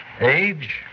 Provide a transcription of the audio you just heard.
Age